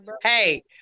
hey